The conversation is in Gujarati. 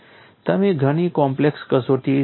તમે ઘણી કોમ્પ્લેક્સ કસોટી કરો છો